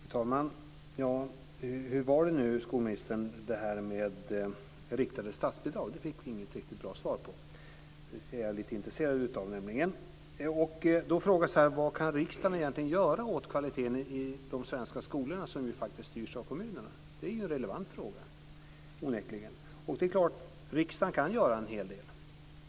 Fru talman! Hur var det nu, skolministern, med riktade statsbidrag? Det fick vi inte något riktigt bra svar på. Det är jag lite intresserad av. Det frågades här: Vad kan riksdagen egentligen göra åt kvaliteten i de svenska skolorna, som faktiskt styrs av kommunerna? Det är onekligen en relevant fråga. Riksdagen kan göra en hel del.